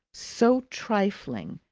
so trifling,